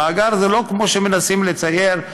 המאגר זה לא כמו שמנסים לצייר,